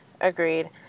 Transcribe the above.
Agreed